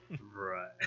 Right